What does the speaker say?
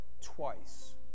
twice